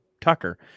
Tucker